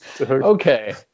Okay